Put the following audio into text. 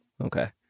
Okay